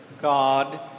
God